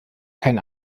kein